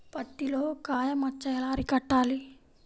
పత్తిలో కాయ మచ్చ ఎలా అరికట్టాలి?